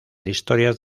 historias